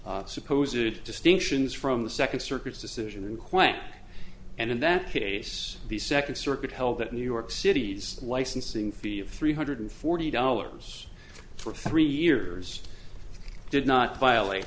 suppose it distinctions from the second circuit's decision and quack and in that case the second circuit held that new york city's licensing fee of three hundred forty dollars for three years did not violate